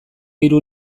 hiru